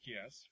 Yes